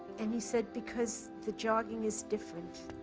and he said, because the jogging is different.